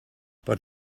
but